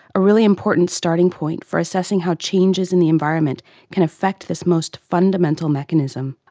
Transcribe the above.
a really important starting point for assessing how changes in the environment can affect this most fundamental mechanism,